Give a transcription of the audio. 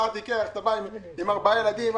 אתה בא עם ארבעה ילדים,